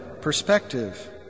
perspective